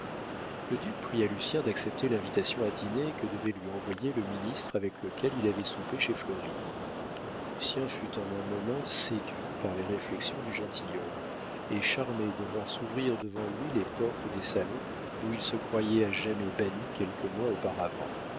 le duc pria lucien d'accepter l'invitation à dîner que devait lui envoyer le ministre avec lequel il avait soupé chez florine lucien fut en un moment séduit par les réflexions du gentilhomme et charmé de voir s'ouvrir devant lui les portes des salons d'où il se croyait à jamais banni quelques mois auparavant